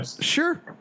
Sure